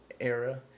era